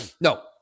No